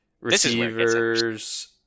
Receivers